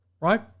right